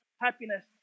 happiness